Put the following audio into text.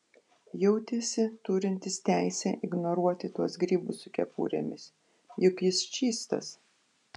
jautėsi turintis teisę ignoruoti tuos grybus su kepurėmis juk jis čystas